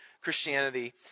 Christianity